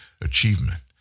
achievement